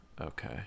Okay